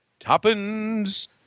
Toppins